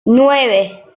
nueve